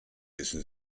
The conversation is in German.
wissen